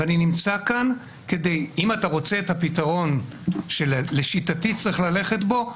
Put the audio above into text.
אם אתה רוצה את הפתרון שלשיטתי צריך ללכת בו,